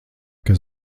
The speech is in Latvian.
kas